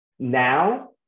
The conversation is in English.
now